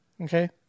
Okay